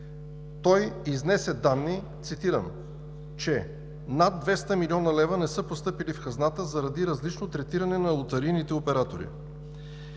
Той изнесе данни, цитирам, че над 200 млн. лв. не са постъпили в хазната заради различно третиране на лотарийните оператори.